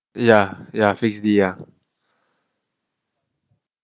ya ya ya